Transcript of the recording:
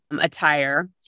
attire